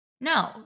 No